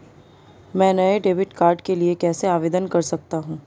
मैं नए debit card के लिए कैसे आवेदन कर सकता हूँ?